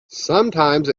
sometimes